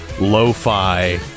lo-fi